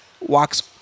walks